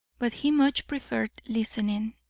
but he much preferred listening,